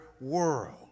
world